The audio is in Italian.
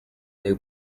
del